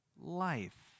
Life